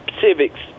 civics